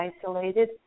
isolated